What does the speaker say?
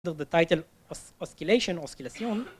‫.. זה טייטל אס, אסקיליישן, אוסקילציון.